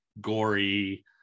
gory